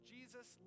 Jesus